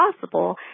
possible